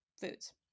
foods